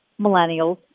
millennials